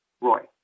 Roy